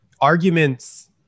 arguments